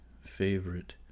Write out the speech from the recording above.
favorite